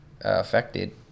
affected